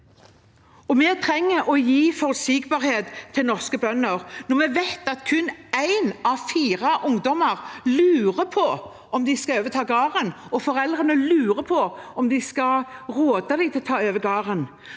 Vi trenger å gi forutsigbarhet til norske bønder. Når vi vet at kun én av fire ungdommer vurderer å overta gården, og foreldrene lurer på om de skal råde dem til å ta over gården,